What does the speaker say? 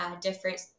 different